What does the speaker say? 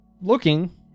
looking